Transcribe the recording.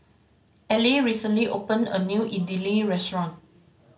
Allie recently opened a new Idili restaurant